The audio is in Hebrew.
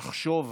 תחשוב.